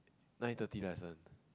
nine thirty lesson